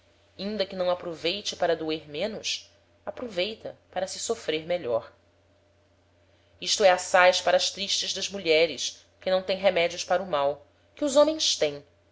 inda que não aproveite para doer menos aproveita para se sofrer melhor isto é assaz para as tristes das mulheres que não teem remedios para o mal que os homens teem